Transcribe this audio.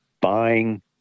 buying